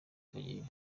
kageyo